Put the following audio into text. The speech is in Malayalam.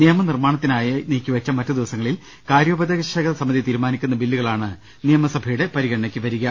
നിയമനിർമ്മാണത്തിനായി നീക്കിവെച്ച മറ്റ് ദിവസങ്ങളിൽ കാര്യോപദേശക സമിതി തീരുമാനിക്കുന്ന ബില്ലു കളാണ് നിയമസഭയുടെ പരിഗണനയ്ക്കു വരിക